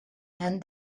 and